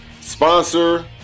sponsor